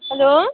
hello